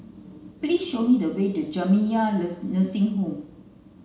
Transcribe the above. please show me the way to Jamiyah Nursing Home